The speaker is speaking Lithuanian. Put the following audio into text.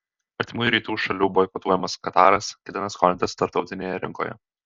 artimųjų rytų šalių boikotuojamas kataras ketina skolintis tarptautinėje rinkoje